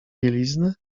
bieliznę